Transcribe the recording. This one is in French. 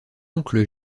oncle